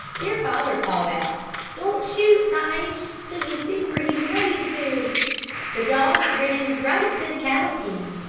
their father called out don't shoot tige, till you see where he's running to the dog ran right to the cattle pen.